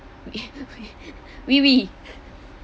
wi wi wiwi